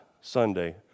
Sunday